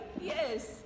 yes